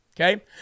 Okay